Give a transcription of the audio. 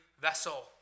vessel